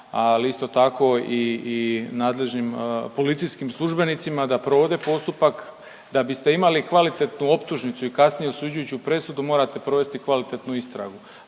ali isto tako i nadležnim policijskim službenicima da provede postupak. Da biste imali kvalitetnu optužnicu i kasnije osuđujuću presudu morate provesti kvalitetnu istragu,